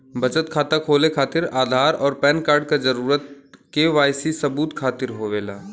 बचत खाता खोले खातिर आधार और पैनकार्ड क जरूरत के वाइ सी सबूत खातिर होवेला